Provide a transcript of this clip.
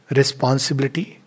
responsibility